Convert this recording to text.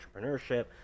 entrepreneurship